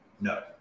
No